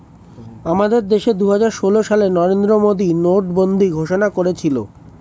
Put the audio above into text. আমাদের দেশে দুহাজার ষোল সালে নরেন্দ্র মোদী নোটবন্দি ঘোষণা করেছিল